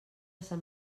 sant